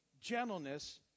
gentleness